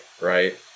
right